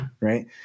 right